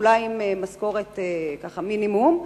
אולי עם משכורת מינימום,